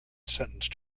sentenced